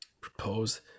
Propose